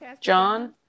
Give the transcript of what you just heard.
John